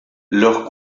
los